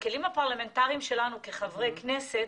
הפרלמנטרים שיש לנו כחברי כנסת,